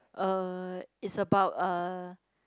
uh it's about a